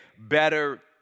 better